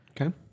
Okay